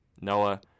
Noah